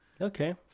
okay